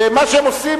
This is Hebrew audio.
ומה שהם עושים,